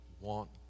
want